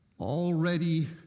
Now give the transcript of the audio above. Already